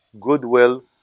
goodwill